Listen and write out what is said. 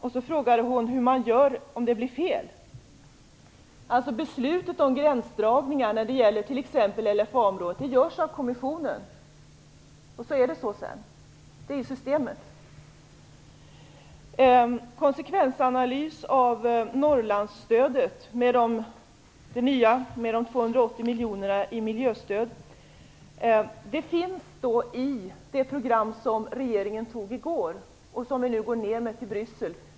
Sedan frågade hon hur man gör om det blir fel. Beslutet om gränsdragningar när det gäller t.ex. LFA-områden fattas av kommissionen. Sedan är det så. Så är systemet. Konsekvensanalysen av Norrlandsstödet - med de nya 280 miljonerna i miljöstöd - finns i det program som regeringen antog i går och som vi nu åker ner med till Bryssel.